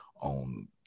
on